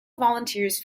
volunteers